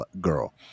girl